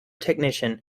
technician